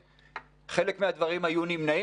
הדיון.